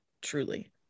Truly